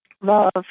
love